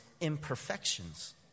imperfections